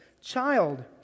Child